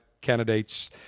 candidates